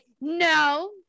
no